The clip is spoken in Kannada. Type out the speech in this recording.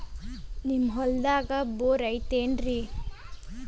ನಿಮ್ಮ ಹೊಲ್ದಾಗ ಬೋರ್ ಐತೇನ್ರಿ?